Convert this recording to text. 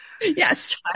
yes